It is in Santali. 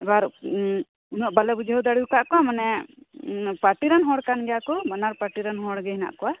ᱮᱵᱟᱨ ᱩᱱᱟᱹᱜ ᱵᱟᱞᱮᱵᱩᱡᱷᱟᱹᱣ ᱫᱟᱲᱮᱣ ᱠᱟᱜ ᱠᱚᱣᱟ ᱢᱟᱱᱮ ᱯᱟᱴᱤᱨᱮᱱ ᱦᱚᱲ ᱠᱟᱱ ᱜᱮᱭᱟ ᱠᱚ ᱵᱟᱱᱟᱨ ᱯᱟᱴᱤᱨᱮᱱ ᱦᱚᱲ ᱜᱮ ᱦᱮᱱᱟᱜ ᱠᱚᱣᱟ